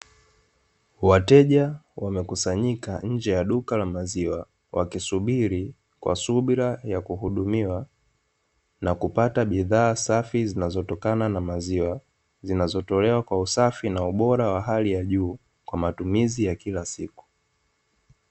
Wateja wamekusanyika nje ya duka la maziwa, wakisubiri kwa subira ya kuhudumiwa, na kupata bidhaa safi zinazotokana na maziwa, zinazotolewa kwa usafi na ubora wa hali ya juu, kwa matumizi ya kila siku.